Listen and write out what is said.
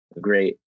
Great